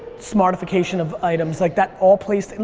smartification of items like that all plays, and